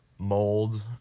mold